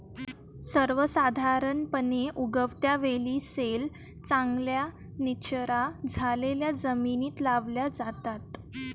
सर्वसाधारणपणे, उगवत्या वेली सैल, चांगल्या निचरा झालेल्या जमिनीत लावल्या जातात